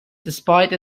despite